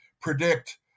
predict